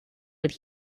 with